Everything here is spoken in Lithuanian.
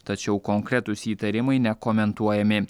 tačiau konkretūs įtarimai nekomentuojami